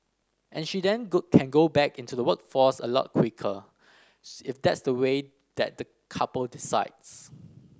and she then go can go back into the workforce a lot quicker if that's the way that the couple decides